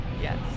Yes